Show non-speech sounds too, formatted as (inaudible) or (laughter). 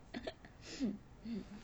(laughs)